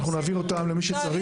נעביר אותן למי שצריך.